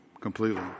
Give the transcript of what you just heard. completely